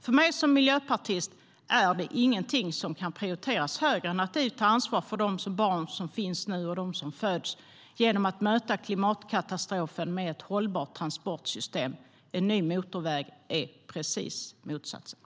För mig som miljöpartist finns det ingenting som kan prioriteras högre än att ta ansvar för de barn som finns nu och de som föds genom att möta klimatkatastrofen med ett hållbart transportsystem. En ny motorväg är precis motsatsen.